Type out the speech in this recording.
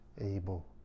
able